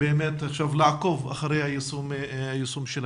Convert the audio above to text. לעקוב אחרי היישום שלהם.